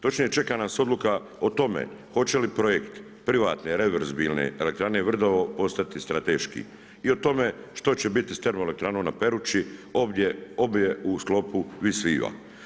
Točnije čeka nas odluka o tome hoće li projekt privatne reverzibilne elektrane Vrdovo postati strateški i o tome što će biti s termoelektranom na Perući, obje u sklopu Vis Viva.